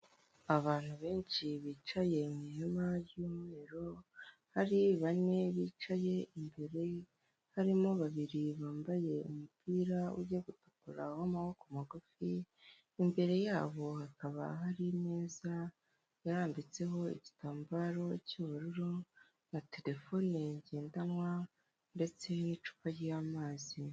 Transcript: Abantu benshi bicaye mu ihema ry'umweru, hari bane bicaye imbere, harimo babiri bambaye umupira ujya gutukura w'amaboko magufi, imbere yabo hakaba hari imeza yarambitseho igitambaro cy'ubururu na terefone ngendanwa ndetse n'icupa ry'amazi.